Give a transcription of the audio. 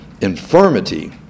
infirmity